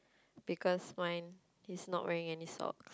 because mine he is not wearing any sock